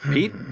Pete